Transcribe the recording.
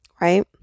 Right